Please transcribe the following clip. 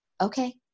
okay